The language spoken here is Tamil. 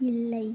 இல்லை